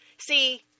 See